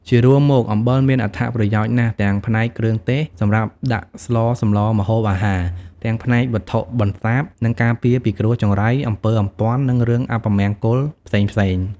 ជារួមមកអំបិលមានអត្ថប្រយោជន៍ណាស់ទាំងផ្នែកគ្រឿងទេសសម្រាប់ដាក់ស្លសម្លរម្ហូបអាហារ ទាំងផ្នែកវត្ថុបន្សាប និងការពារពីគ្រោះចង្រៃ អំពើអំព័ន្ធ និងរឿងអពមង្គលផ្សេងៗ។